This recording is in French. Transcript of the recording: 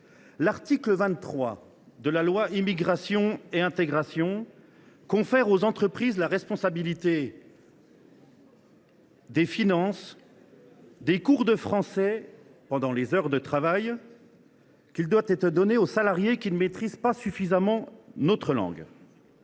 L’article 23 de la dernière loi Immigration confère aux entreprises la responsabilité de financer les cours de français, pendant les heures de travail, pour les salariés qui ne maîtrisent pas suffisamment notre langue.